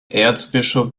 erzbischof